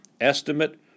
estimate